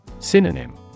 Synonym